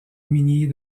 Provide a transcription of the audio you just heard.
minier